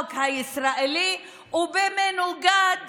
לחוק הישראלי ובמנוגד